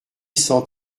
sans